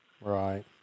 Right